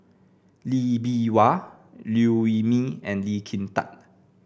Lee Bee Wah Liew Wee Mee and Lee Kin Tat